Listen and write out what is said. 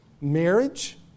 marriage